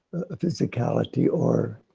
physicality or,